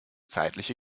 zeitliche